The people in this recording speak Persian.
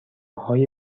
های